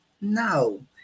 No